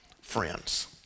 friends